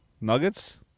Nuggets